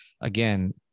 again